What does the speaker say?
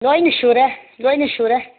ꯂꯣꯏꯅ ꯁꯨꯔꯦ ꯂꯣꯏꯅ ꯁꯨꯔꯦ